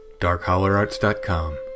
Darkhollerarts.com